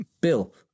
Bill